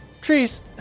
Trees